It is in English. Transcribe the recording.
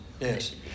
yes